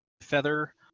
Feather